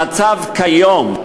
המצב כיום,